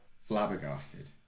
flabbergasted